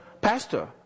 pastor